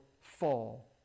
fall